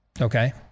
Okay